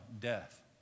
death